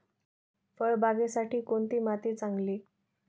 फळबागेसाठी कोणती माती चांगली?